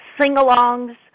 sing-alongs